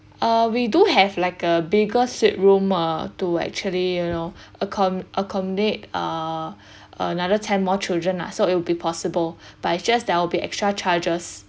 uh we do have like a bigger suite room uh to actually you know accom~ accommodate uh another ten more children lah so it'll be possible but it's just that will be extra charges